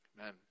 Amen